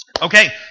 Okay